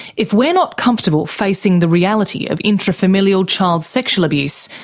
if we're not comfortable facing the reality of intrafamilial child sexual abuse,